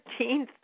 13th